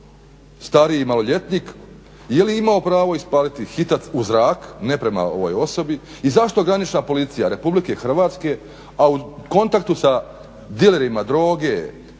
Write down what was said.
stariji maloljetnik, je li imao pravo ispaliti hitac u zrak ne prema ovoj osobi i zašto granična policija Republike Hrvatske, a u kontaktu sa dilerima droge,